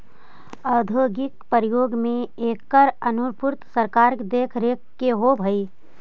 औद्योगिक प्रयोग में एकर आपूर्ति सरकारी देखरेख में होवऽ हइ